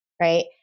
Right